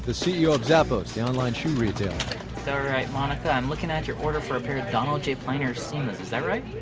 ceo of zappos, the online shoe retailer alright monica, i'm looking at your order for a pair of donald j. pliner seemas. is that right?